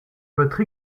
votre